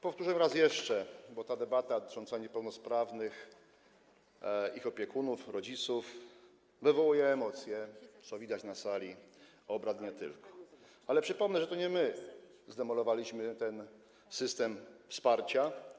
Powtórzę raz jeszcze - bo ta debata dotycząca niepełnosprawnych, ich opiekunów, rodziców wywołuje emocje, co widać na sali obrad i nie tylko - przypomnę, że to nie my zdemolowaliśmy ten system wsparcia.